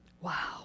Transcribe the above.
Wow